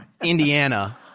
Indiana